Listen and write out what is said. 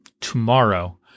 tomorrow